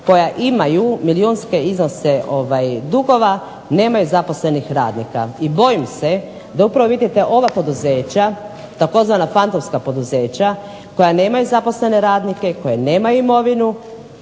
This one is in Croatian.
koja imaju milijunske iznose dugova, nemaju zaposlenih radnika. I bojim se da upravo ova poduzeća tzv. fantomska poduzeća, koja nemaju zaposlene radnike, koji nemaju imovinu,